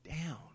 down